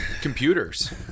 Computers